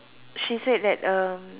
she said that uh